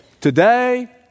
Today